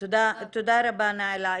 תודה רבה נאילה.